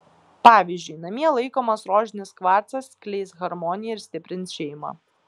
pavyzdžiui namie laikomas rožinis kvarcas skleis harmoniją ir stiprins šeimą